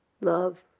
love